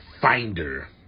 finder